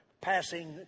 passing